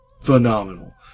phenomenal